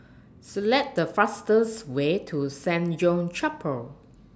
Select The fastest Way to Saint John's Chapel